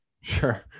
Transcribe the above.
Sure